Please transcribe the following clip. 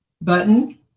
button